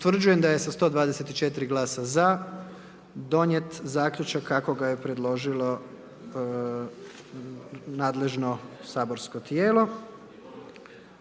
Utvrđujem da je sa 124 glasa za donijet Zaključak kako ga je predložilo nadležno saborsko tijelo,